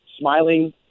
smiling